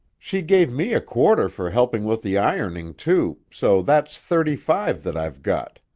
she gave me a quarter for helping with the ironing, too, so that's thirty-five that i've got.